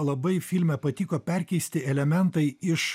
labai filme patiko perkeisti elementai iš